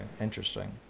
interesting